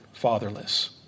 fatherless